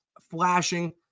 flashing